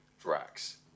Drax